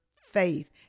faith